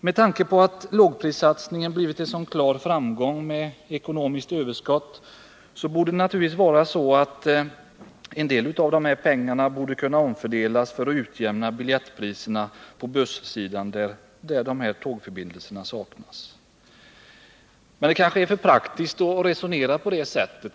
Med tanke på att lågprissatsningen blivit en så klar framgång med ekonomiskt överskott, borde naturligtvis en del av dessa pengar kunna omfördelas i syfte att utjämna biljettpriserna på bussar i områden där tågförbindelser saknas. Men det kanske är för praktiskt att resonera på det sättet.